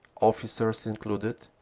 officers included,